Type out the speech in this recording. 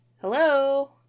Hello